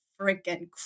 freaking